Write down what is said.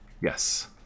Yes